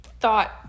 thought